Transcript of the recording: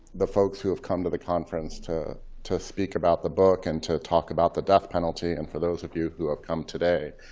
the folks who have come to the conference to to speak about the book and to talk about the death penalty, and for those of you who have come today.